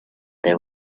there